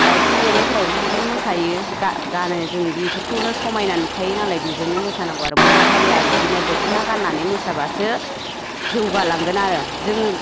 दाउस्रि देलायफोरावबो बिदिनो मोसायो गानो जों बेफोरखौनो समायना नुखायो नालाय बेजोंनो मोसानांगौ आरो बर' हारिया बिदिनो दखना गाननानै मोसाबासो जौगालांगोन आरो जोङो